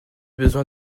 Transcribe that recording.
besoin